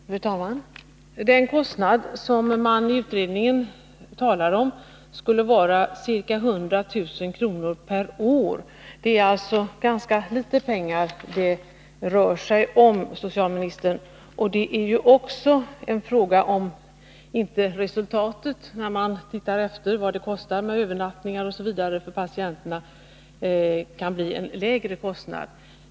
Fru talman! Den kostnad som utredningen talar om skulle vara ca 100 000 kr. per år. Det rör sig alltså om ganska litet pengar, herr socialminister. Frågan är också om inte resultatet, när man ser efter vad det kostar med övernattningar osv. för patienterna, kan bli en lägre kostnad.